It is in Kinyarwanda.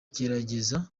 gerageza